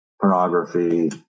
pornography